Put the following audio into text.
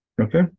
Okay